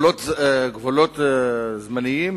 גבולות זמניים,